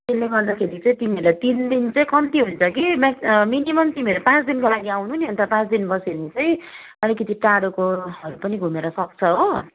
त्यसले गर्दाखेरि चाहिँ तिमीहरूलाई तिन दिन चाहिँ कम्ती हुन्छ कि मेक्स मिनिमम तिमीहरू पाँच दिनको लागि आउनु नि अन्त पाँच दिन बस्यो भने चाहिँ अलिकति टाढोको हरू पनि घुमेर सक्छ हो